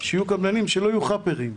שיהיו קבלנים שלא יהיו חאפרים,